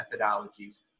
methodologies